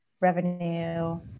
revenue